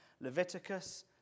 Leviticus